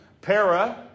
para